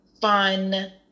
fun